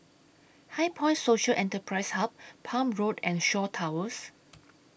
HighPoint Social Enterprise Hub Palm Road and Shaw Towers